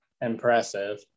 impressive